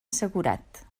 assegurat